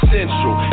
Central